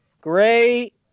great